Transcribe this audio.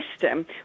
system